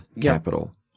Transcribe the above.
capital